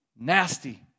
nasty